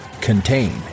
contain